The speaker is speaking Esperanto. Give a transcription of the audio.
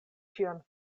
ĉion